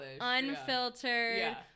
unfiltered